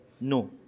no